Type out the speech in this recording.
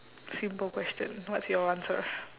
simple question what's your answer